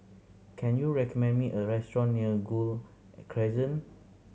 can you recommend me a restaurant near Gul Crescent